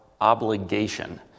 obligation